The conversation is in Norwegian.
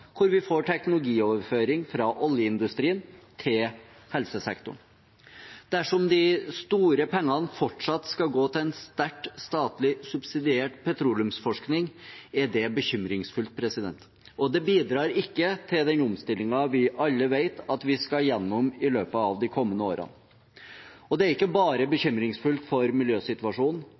hvor vi får teknologioverføring fra oljeindustrien til helsesektoren. Dersom de store pengene fortsatt skal gå til en sterkt statlig subsidiert petroleumsforskning, er det bekymringsfullt, og det bidrar ikke til den omstillingen vi alle vet at vi skal gjennom i løpet av de kommende årene. Det er ikke bare bekymringsfullt for miljøsituasjonen,